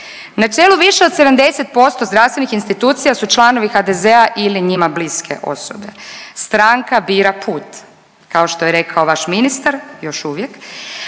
Na čelu više od 70% zdravstvenih institucija su članovi HDZ-a ili njima bliske osobe. Stranka bira put kao što je rekao vaš ministar još uvijek,